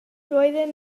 roedden